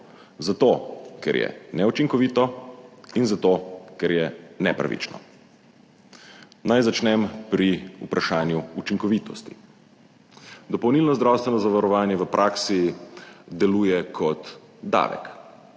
Zato, ker je neučinkovito in zato, ker je nepravično. Naj začnem pri vprašanju učinkovitosti. Dopolnilno zdravstveno zavarovanje v praksi deluje kot davek.